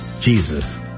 Jesus